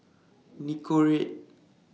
Nicorette